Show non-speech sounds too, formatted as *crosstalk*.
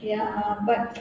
ya but *noise*